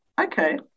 okay